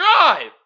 drive